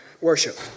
worship